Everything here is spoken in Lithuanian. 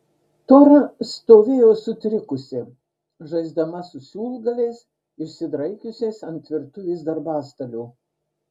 tora stovėjo sutrikusi žaisdama su siūlgaliais išsidraikiusiais ant virtuvės darbastalio